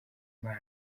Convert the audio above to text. imana